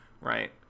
right